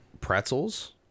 pretzels